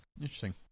Interesting